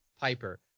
Piper